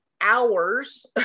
hours